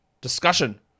discussion